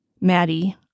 Maddie